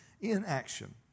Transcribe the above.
inaction